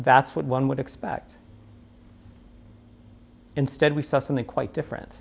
that's what one would expect instead we saw something quite different